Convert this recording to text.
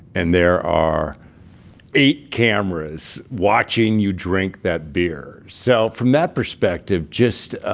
and there are eight cameras watching you drink that beer so from that perspective, just,